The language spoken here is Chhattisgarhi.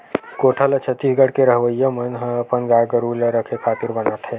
कोठा ल छत्तीसगढ़ के रहवइया मन ह अपन गाय गरु ल रखे खातिर बनाथे